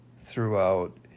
throughout